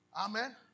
Amen